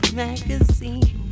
magazine